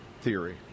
theory